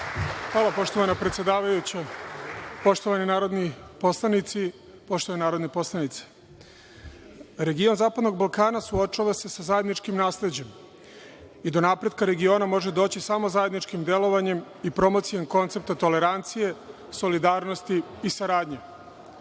Hvala, poštovana predsedavajuća. Poštovani narodni poslanici, poštovane narodne poslanice, region Zapadnog Balkana suočava se sa zajedničkim nasleđem i do napretka regiona može doći samo zajedničkim delovanjem i promocijom koncepta tolerancije, solidarnosti i saradnje. Uz